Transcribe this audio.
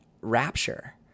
Rapture